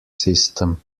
system